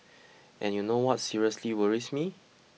and you know what seriously worries me